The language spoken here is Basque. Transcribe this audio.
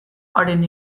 haren